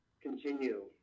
continue